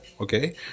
okay